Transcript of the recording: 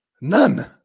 None